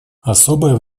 особое